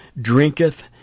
drinketh